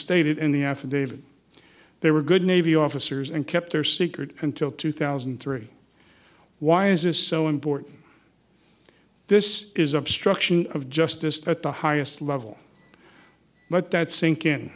stated in the affidavit they were good navy officers and kept their secret until two thousand and three why is this so important this is obstruction of justice at the highest level but that sink in